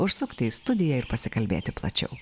užsukti į studiją ir pasikalbėti plačiau